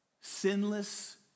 sinless